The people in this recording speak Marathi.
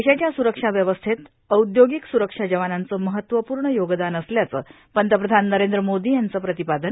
देशाच्या स्वरक्षाव्यवस्थेत औद्योगिक स्वरक्षा जवानांचं महत्वपूर्ण योगदान असल्याचं पंतप्रधान नरेंद्र मोदी यांचं प्रतिपादन